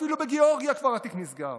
ואפילו בגיאורגיה התיק כבר